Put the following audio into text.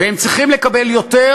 והם צריכים לקבל יותר,